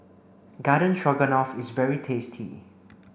Garden Stroganoff is very tasty